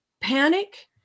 panic